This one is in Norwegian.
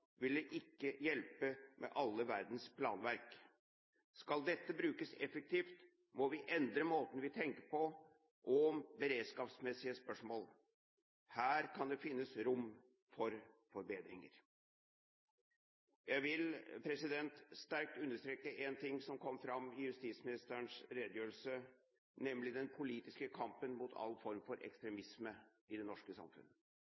vil det ikke hjelpe med all verdens planverk. Skal dette brukes effektivt, må vi endre måten vi tenker på om beredskapsmessige spørsmål. Her kan det finnes rom for forbedringer. Jeg vil sterkt understreke en ting som kom fram i justisministerens redegjørelse, nemlig den politiske kampen mot all form for ekstremisme i det norske samfunn.